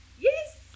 Yes